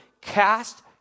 cast